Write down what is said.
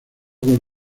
con